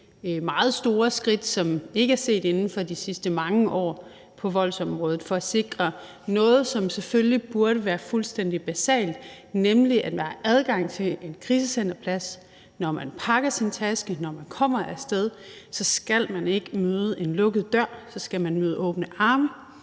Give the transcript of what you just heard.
meget store skridt, som ikke er set inden for de sidste mange år, på voldsområdet for at sikre noget, som selvfølgelig burde være fuldstændig basalt, nemlig at der er adgang til en krisecenterplads. Når man pakker sin taske og kommer af sted, skal man ikke møde en lukket dør. Så skal man møde åbne arme.